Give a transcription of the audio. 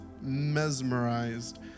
mesmerized